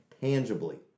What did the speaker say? tangibly